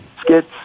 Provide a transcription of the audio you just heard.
skits